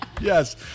Yes